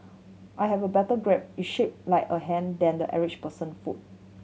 I have a better grip it's shaped like a hand than the average person foot